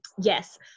Yes